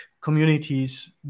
communities